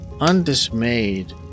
undismayed